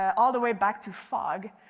all the way back to fog.